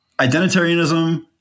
identitarianism